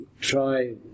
try